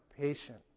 patient